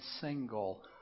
single